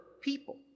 people